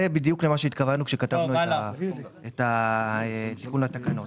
זה בדיוק מה שהתכוונו עת כתבנו את התיקון לתקנות.